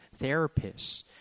therapists